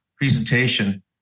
presentation